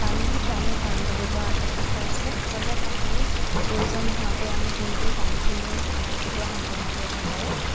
পানীয়েই প্ৰাণীৰ প্ৰাণ বুলি কোৱা কথাষাৰ আছে আচলতে পানীৰ প্ৰয়োজন নোহোৱাকৈ আমি দিনটোৰ কামখিনি কেতিয়াও সম্পূৰ্ণ কৰিব নোৱাৰোঁ